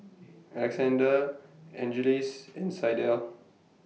Alexandr Angeles and Sydell